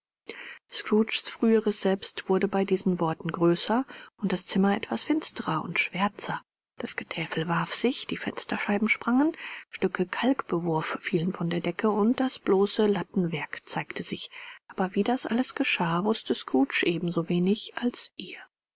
scrooges früheres selbst wurde bei diesen worten größer und das zimmer etwas finstrer und schwärzer das getäfel warf sich die fensterscheiben sprangen stücke kalkbewurf fielen von der decke und das bloße lattenwerk zeigte sich aber wie das alles geschah wußte scrooge ebensowenig als ihr